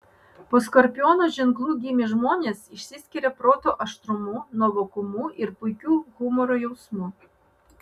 po skorpiono ženklu gimę žmonės išsiskiria proto aštrumu nuovokumu ir puikiu humoro jausmu